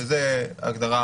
שזו הגדרה